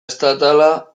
estatala